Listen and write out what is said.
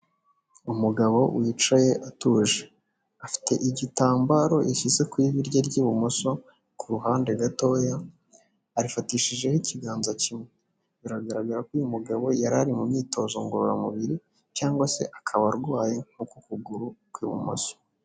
Umugabo wicaye atuje afite igitambaro ishyize ku ivi rye ry'ibumoso, ku ruhande gatoya arifatishijeho ikiganza kimwe, biragaragara ko uyu mugabo yari ari mu myitozo ngororamubiri cyangwa se akaba arwaye uku kuguru kw'ibumoso.